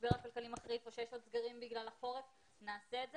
שהמשבר הכלכלי מחריף או שיש סגר בגלל החורף נעשה את זה.